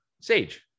Sage